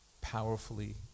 powerfully